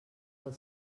del